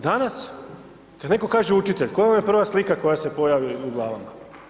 Danas kada netko kaže učitelj, koja vam je prva slika koja se pojavi u glavama?